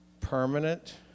permanent